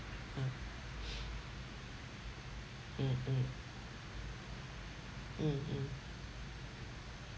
uh mm mm mm mm